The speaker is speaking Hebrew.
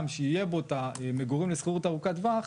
שיהיה בו את המגורים לשכירות ארוכת טווח,